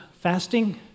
fasting